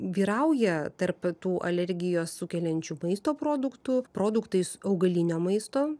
vyrauja tarp tų alergiją sukeliančių maisto produktų produktais augalinio maisto